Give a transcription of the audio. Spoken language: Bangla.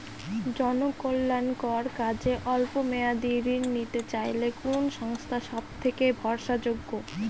জনকল্যাণকর কাজে অল্প মেয়াদী ঋণ নিতে চাইলে কোন সংস্থা সবথেকে ভরসাযোগ্য?